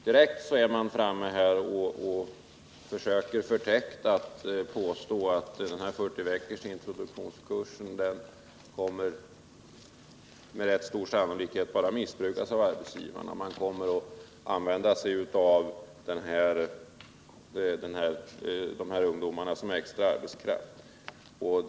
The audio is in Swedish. Direkt är man framme och försöker förtäckt att påstå att den här 40 veckors introduktionskursen med rätt stor sannolikhet kommer att missbrukas av arbetsgivarna — ungdomarna kommer att användas som extra arbetskraft.